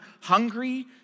hungry